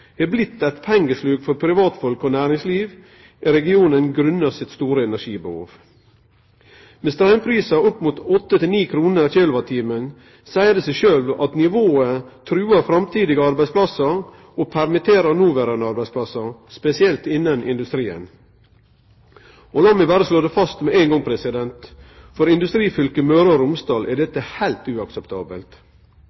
næringsliv i regionen grunna det store energibehovet. Med straumprisar opp mot 8 til 9 kr/kWh seier det seg sjølv at nivået truar framtidige arbeidsplassar og permitterer noverande arbeidsplassar, spesielt innan industrien. Lat meg berre slå fast med ein gong: For industrifylket Møre og Romsdal er